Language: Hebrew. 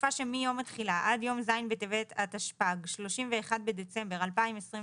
- בתקופה שמיום התחילה עד יום ז' בטבת התשפ"ג (31 בדצמבר 2022)